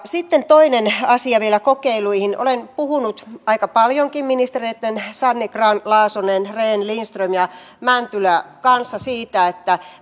sitten toinen asia vielä kokeiluihin olen puhunut aika paljonkin ministereitten sanni grahn laasonen rehn lindström ja mäntylä kanssa siitä että